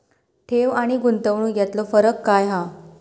ठेव आनी गुंतवणूक यातलो फरक काय हा?